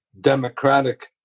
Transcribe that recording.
democratic